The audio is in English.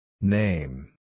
Name